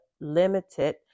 limited